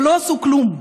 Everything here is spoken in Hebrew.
ולא עשו כלום,